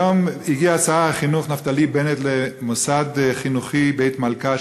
היום הגיע שר החינוך נפתלי בנט למוסד החינוכי "בית מלכה",